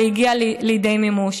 זה הגיע לידי מימוש.